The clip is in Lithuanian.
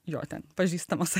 jo ten pažįstamas